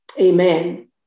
amen